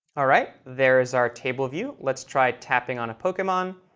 all right. there's our table view let's try tapping on a pokemon.